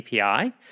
API